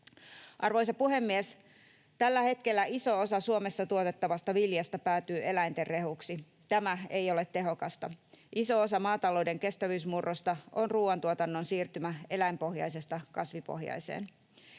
Arvoisa puhemies! Tällä hetkellä iso osa Suomessa tuotettavasta viljasta päätyy eläinten rehuksi. Tämä ei ole tehokasta. Iso osa maatalouden kestävyysmurrosta on ruoantuotannon siirtymä eläinpohjaisesta kasvipohjaiseen.